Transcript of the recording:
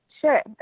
Sure